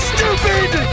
Stupid